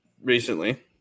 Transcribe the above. recently